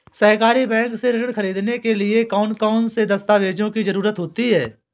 सहकारी बैंक से ऋण ख़रीदने के लिए कौन कौन से दस्तावेजों की ज़रुरत होती है?